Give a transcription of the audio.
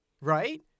right